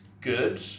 good